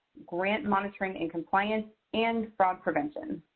grant monitoring and compliance, and fraud prevention.